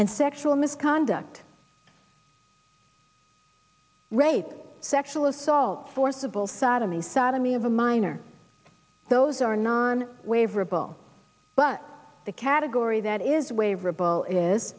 and sexual misconduct rape sexual assault forcible sodomy sodomy of a minor those are non way verbal but the category that is way rable is